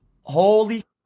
Holy